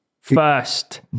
First